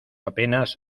apenas